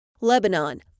Lebanon